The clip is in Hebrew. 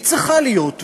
והיא צריכה להיות,